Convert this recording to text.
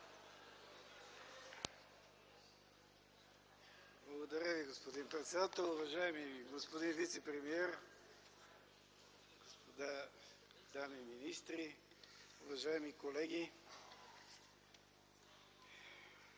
Благодаря Ви, господин председател. Уважаеми господин вицепремиер, дами и господа министри, уважаеми колеги!